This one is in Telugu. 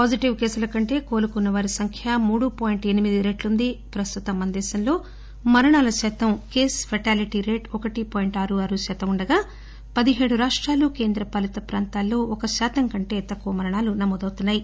పాజిటివ్ కేసుల కంటే కోలుకున్న వారి సంఖ్య మూడు పాయింట్ ఎనిమిది రెట్లు ఉంది ప్రస్తుతం మన దేశంలో మరణాల శాతం కేస్ ఫాల్షీ రేటు ఒకటి పాయింట్ ఆరు ఆరు శాతం ఉండగా పదిహేడు రాష్టాలు కేంద్ర పాలిత ప్రాంతాల్లో ఒక శాతం కంటే తక్కువ మరణాలు నమోదవుతున్న యి